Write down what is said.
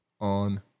on